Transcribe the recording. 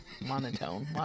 Monotone